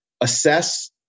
assess